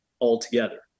altogether